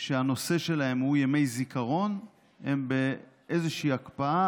שהנושא שלהם הוא ימי זיכרון הן באיזושהי הקפאה,